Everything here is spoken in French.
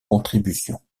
contribution